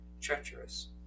treacherous